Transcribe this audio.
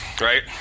Right